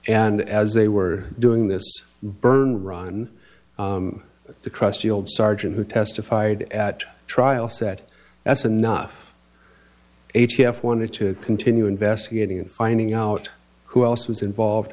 and as they were doing this burn ron the crusty old sergeant who testified at trial said that's enough a t f wanted to continue investigating and finding out who else was involved